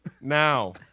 Now